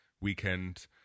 weekend